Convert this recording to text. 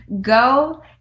go